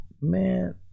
man